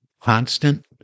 constant